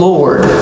Lord